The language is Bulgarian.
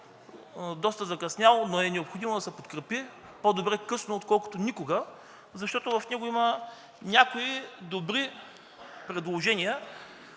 доста закъснял, но е необходимо да се подкрепи – по-добре отколкото никога, защото в него има няколко добри предложения,